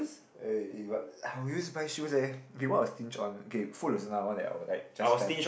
eh eh but I always buy shoes eh okay what I will stinge on okay food is another one that I will like just spend